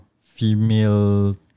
female